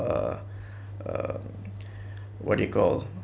uh uh what do you call